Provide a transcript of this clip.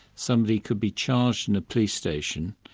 somebody could be charged in a police station,